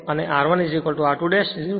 અને તે r 1r2 0